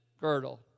girdle